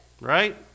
Right